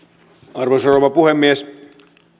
arvoisa rouva puhemies